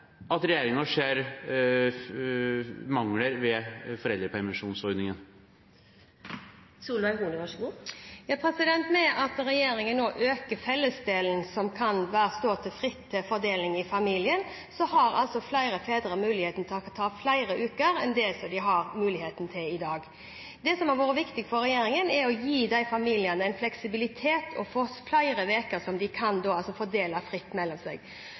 at regjeringen nå øker fellesdelen som kan være til fri fordeling i familien, har flere fedre mulighet til å ta ut flere uker enn det de har mulighet til i dag. Det som har vært viktig for regjeringen, er å gi familiene en fleksibilitet ved at de får flere uker som de kan fordele fritt mellom seg.